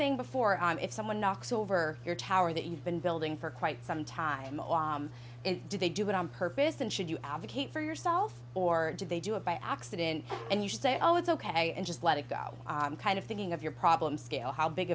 saying before i'm if someone knocks over your tower that you've been building for quite some time on it do they do it on purpose and should you advocate for yourself or do they do it by accident and you say oh it's ok and just let it go kind of thinking of your problem scale how big